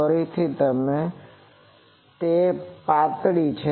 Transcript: ફરીથી તમે જુઓ કે તે પાતળી છે